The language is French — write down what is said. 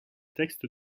textes